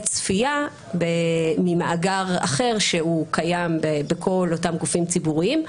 צפייה ממאגר אחר שהוא קיים בכל אותם גופים ציבוריים,